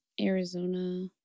Arizona